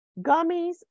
gummies